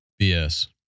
BS